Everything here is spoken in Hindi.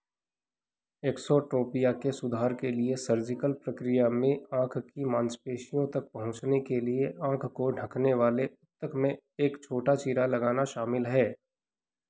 एक्सोट्रोपिया के सुधार के लिए सर्जिकल प्रक्रिया में आँख की माँसपेशियों तक पहुँचने के लिए आँख को ढंकने वाले ऊतक में एक छोटा चीरा लगाना शामिल है